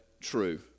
True